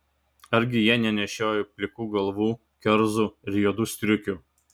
argi jie nenešioja plikų galvų kerzų ir juodų striukių